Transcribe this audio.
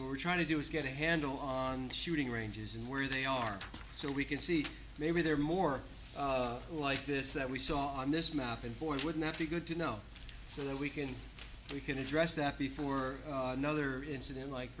rights we're trying to do is get a handle on shooting ranges in where they are so we can see maybe they're more like this that we saw on this map and board would not be good to know so that we can we can address that before another incident like